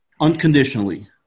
unconditionally